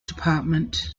department